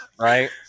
Right